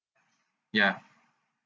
ya